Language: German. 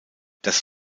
das